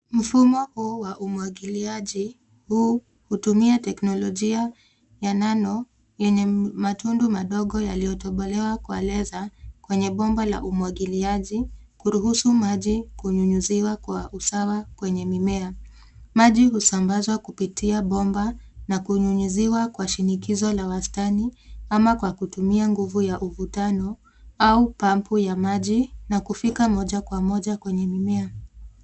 Mfumo huu wa umwagiliaji huu hutumia teknolojia ya nano yenye matundu madogo yaliyotobolewa kwa laiser kwenye bomba la umwagiliaji, kuruhusu maji kunyunyiziwa kwa usawa kwenye mimea. Maji husambazwa kupitia bomba na kunyunyiziwa kwa shinikizo la wastani ama kwa kutumia nguvu ya uvutano au pampu ya maji na kufika moja kwa moja kwenye mimea.